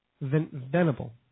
Venable